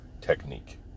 Technique